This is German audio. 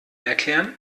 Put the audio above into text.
erklären